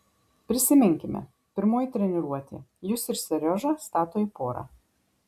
prisiminkime pirmoji treniruotė jus ir seriožą stato į porą